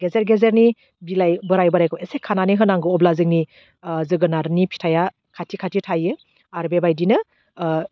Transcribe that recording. गेजेर गेजेरनि बिलाइ बोराइ बोराइखौ एसे खानानै होनांगौ अब्ला जोंनि ओह जोगोनारनि फिथाइया खाथि खाथि थायो आरो बेबायदिनो